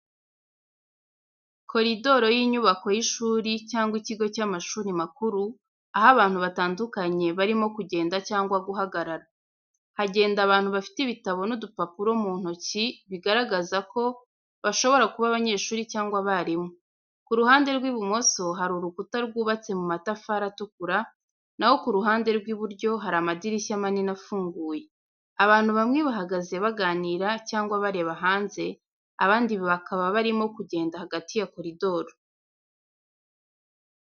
Koridoro y’inyubako y’ishuri cyangwa ikigo cy’amashuri makuru, aho abantu batandukanye barimo kugenda cyangwa guhagarara. Hagenda abantu bafite ibitabo n’udupapuro mu ntoki, bigaragaza ko bashobora kuba abanyeshuri cyangwa abarimu. Ku ruhande rw’ibumoso hari urukuta rwubatse mu matafari atukura, na ho ku ruhande rw’iburyo hari amadirishya manini afunguye. Abantu bamwe bahagaze baganira cyangwa bareba hanze, abandi bakaba barimo kugenda hagati ya koridoro.